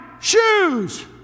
shoes